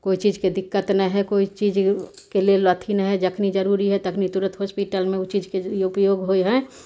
कोइ चीजके दिक्कत नहि हइ कोइ चीजके लेल अथी नहि हइ जखनी जरूरी हइ तखनी तुरत हॉस्पिटलमे उचित उपयोग होइ हय